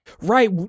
Right